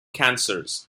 cancers